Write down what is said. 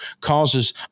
causes